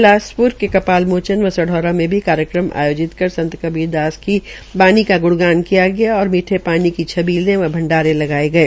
बिलासप्र के कपाल मोचन व सढौरा में भी कार्यक्रम आयोजित कर संत कबीर की बाणी का ग्णगान किया गया और मीठे पानी छबीले व भंडारे लगाये गये